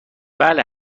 بله